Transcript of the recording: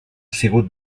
sigut